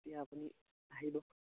এতিয়া আপুনি আহিব